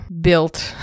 built